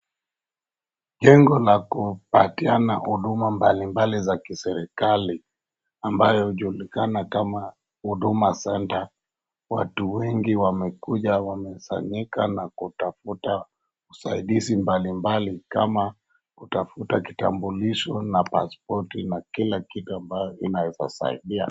Jengo la kupatiana huduma mbalimbali za kiserikali ambalo hujulikana kama huduma centre . Watu wengi wamekuja, wamekusanyika na kutafuta usaidizi mbalimbali kama kutafuta kitambulisho na paspoti na kila kitu ambayo inaweza saidia.